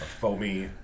foamy